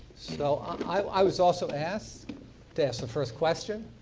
so um i was also asked to ask the first question.